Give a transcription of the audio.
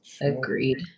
Agreed